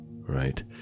Right